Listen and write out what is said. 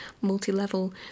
multi-level